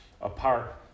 apart